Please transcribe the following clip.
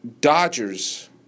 Dodgers